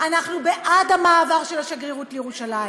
בעד המעבר של השגרירות לירושלים.